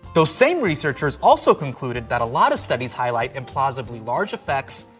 those same researchers also concluded that a lot of studies highlight implausibly large effects,